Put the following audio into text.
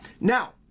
Now